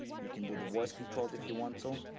you can do the voice controlled if you want to.